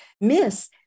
miss